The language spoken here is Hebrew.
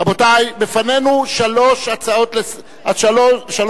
רבותי, לפנינו שלוש הצעות אי-אמון.